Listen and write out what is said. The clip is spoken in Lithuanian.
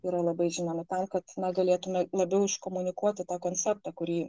yra labai žinomi tam kad galėtume labiau iškomunikuoti tą konceptą kurį